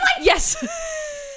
Yes